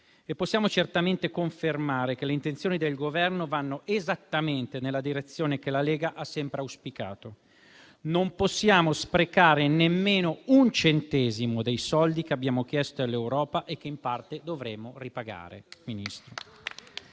e possiamo certamente confermare che le intenzioni del Governo vanno esattamente nella direzione che la Lega ha sempre auspicato: non possiamo sprecare nemmeno un centesimo dei soldi che abbiamo chiesto all'Europa e che in parte dovremo ripagare.